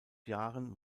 jahren